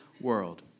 world